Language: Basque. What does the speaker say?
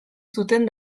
zuten